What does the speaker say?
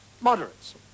moderates